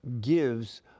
gives